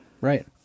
right